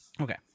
Okay